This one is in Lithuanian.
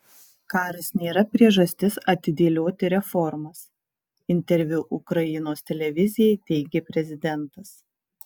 karas nėra priežastis atidėlioti reformas interviu ukrainos televizijai teigė prezidentas